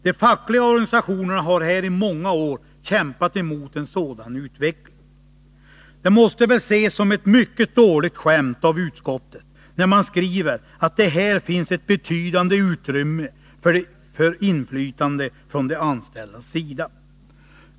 De fackliga organisationerna har i många år kämpat emot en sådan utveckling. Det måste väl ses som ett mycket dåligt skämt av utskottet, när man skriver att det här finns ett betydande utrymme för inflytande från de anställdas sida.